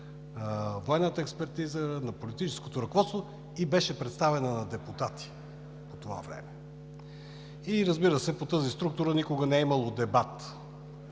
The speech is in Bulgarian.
военната експертиза, на политическото ръководство, и беше представена на депутати по това време. И, разбира се, по тази структура никога не е имало дебат,